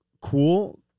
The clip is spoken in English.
cool